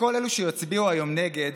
לכל אלה שיצביעו היום נגד